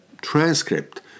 transcript